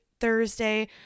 Thursday